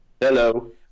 Hello